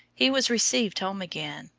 he was received home again,